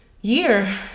year